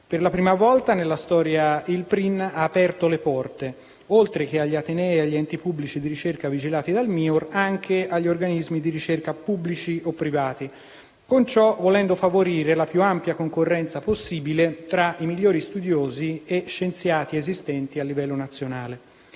Per la prima volta nella sua storia il PRIN ha aperto le porte, oltre che agli atenei e agli enti pubblici di ricerca vigilati dal Ministero dell'istruzione, dell'università e della ricerca, anche agli organismi di ricerca pubblici o privati, con ciò volendo favorire la più ampia concorrenza possibile tra i migliori studiosi e scienziati esistenti a livello nazionale.